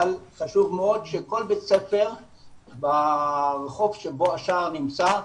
אבל חשוב מאוד שכל בית ספר ברחוב שבו השער נמצא,